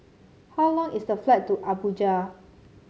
how long is the flight to Abuja